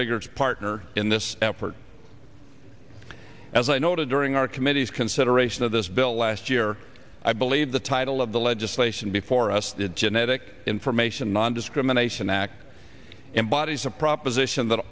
biggers partner in this effort as i noted during our committee's consideration of this bill last year i believe the title of the legislation before us the genetic information nondiscrimination act embodies a proposition that